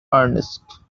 earnest